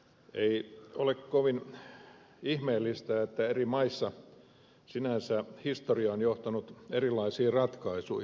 ei ole kovin ihmeellistä että eri maissa sinänsä historia on johtanut erilaisiin ratkaisuihin